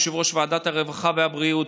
יושב-ראש ועדת הרווחה והבריאות,